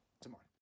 tomorrow